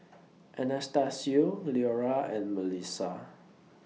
Anastacio Leora and Mellisa